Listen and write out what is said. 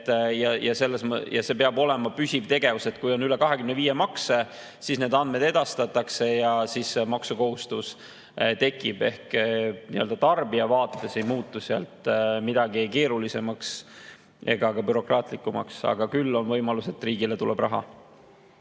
Ja see peab olema püsiv tegevus, et kui on üle 25 makse, siis need andmed edastatakse ja siis maksukohustus tekib. Nii-öelda tarbija vaadates ei muutu seal midagi keerulisemaks ega ka bürokraatlikumaks, küll on aga võimalus, et riigile tuleb raha.